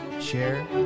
Share